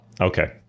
Okay